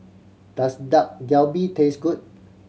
does Dak Galbi taste good